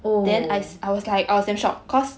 oh